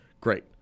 great